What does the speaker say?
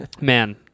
Man